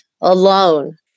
alone